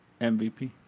MVP